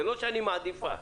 זה לא "אני מעדיפה".